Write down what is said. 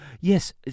Yes